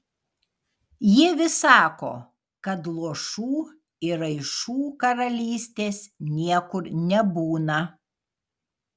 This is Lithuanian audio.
jie vis sako kad luošų ir raišų karalystės niekur nebūna